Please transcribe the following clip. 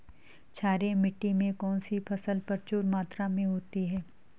क्षारीय मिट्टी में कौन सी फसल प्रचुर मात्रा में होती है?